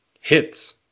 hits